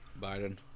Biden